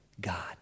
God